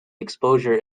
exposure